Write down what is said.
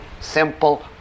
simple